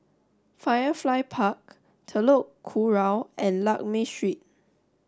Firefly Park Telok Kurau and Lakme Street